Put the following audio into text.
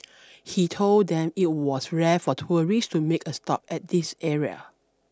he told them it was rare for tourists to make a stop at this area